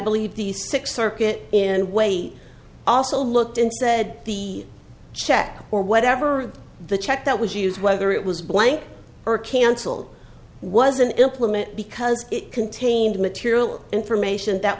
believe the sixth circuit in way also looked and said the check or whatever the check that was used whether it was blank or cancelled was an implement because it contained material information that